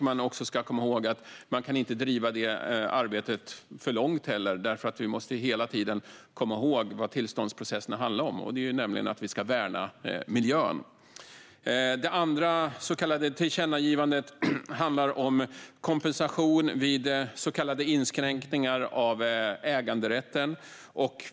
Man ska komma ihåg att det arbetet inte heller kan drivas för långt. Vi måste hela tiden komma ihåg vad tillståndsprocesserna handlar om, nämligen att vi ska värna miljön. Det andra tillkännagivandet handlar om kompensation vid så kallade inskränkningar av äganderätten.